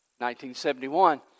1971